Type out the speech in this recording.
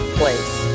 place